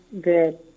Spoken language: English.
good